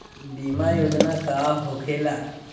बीमा योजना का होखे ला?